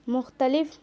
مختلف